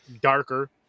darker